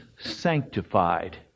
sanctified